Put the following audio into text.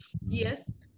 Yes